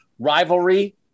rivalry